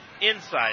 inside